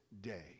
day